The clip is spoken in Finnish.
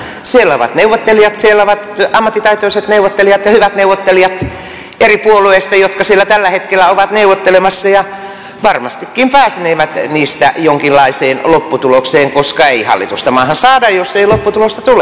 siellä ovat neuvottelijat siellä ovat eri puolueista ammattitaitoiset neuvottelijat ja hyvät neuvottelijat jotka siellä tällä hetkellä ovat neuvottelemassa ja varmastikin pääsevät niistä jonkinlaiseen lopputulokseen koska ei hallitusta maahan saada jos ei lopputulosta tule